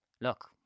look